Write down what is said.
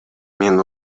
мен